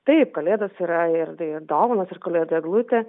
taip kalėdos yra ir dai ir dovanos ir kalėdų eglutė